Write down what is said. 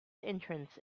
entrance